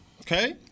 Okay